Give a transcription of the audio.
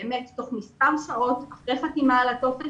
באמת תוך מספר שעות אחרי חתימה על הטופס